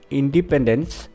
independence